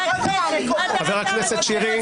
חבר הכנסת שירי,